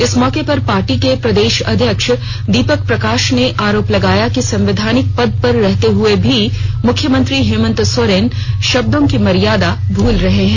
इस मौके पर पार्टी के प्रदेश अध्यक्ष दीपक प्रकाश ने आरोप लगाया कि संवैधानिक पद पर रहते हुए भी मुख्यमंत्री हेमंत सोरेन शब्दों की मर्यादा भूल रहे हैं